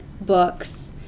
books